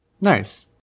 Nice